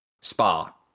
Spa